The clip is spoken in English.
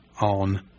on